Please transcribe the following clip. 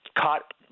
caught –